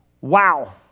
Wow